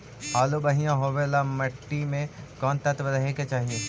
आलु बढ़िया होबे ल मट्टी में कोन तत्त्व रहे के चाही?